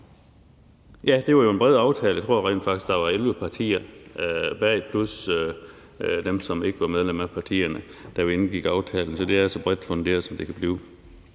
dem. Det var jo en bred aftale. Jeg tror rent faktisk, der var elleve partier bag plus dem, som ikke var medlem af et parti, da vi indgik aftalen, så det er så bredt funderet, som det kan blive.